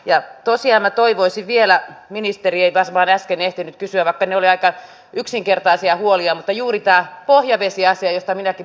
ja tosiaan minä toivoisin vielä ministeri ei varmaan äsken ehtinyt vastata vaikka ne olivat aika yksinkertaisia huolia vastausta juuri tähän pohjavesiasiaan josta minäkin olen saanut palautetta